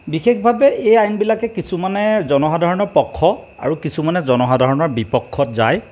বিশেষভাৱে এই আইনবিলাকে কিছুমানে জনসাধাৰণৰ পক্ষ আৰু কিছুমানে জনসাধাৰণৰ বিপক্ষত যায়